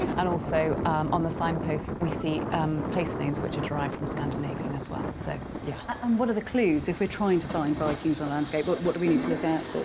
and also on the signpost we see um place names which are derived from scandinavian as well so yeah and what are the clues if we're trying to vikings on landscape but what do we need to look out for?